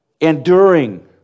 enduring